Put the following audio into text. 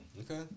Okay